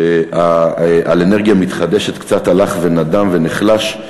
על אנרגיה מתחדשת קצת הלך ונדם ונחלש.